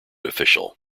official